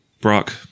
Brock